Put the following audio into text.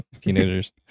teenagers